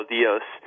Dios